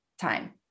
time